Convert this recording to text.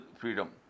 freedom